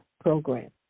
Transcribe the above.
Program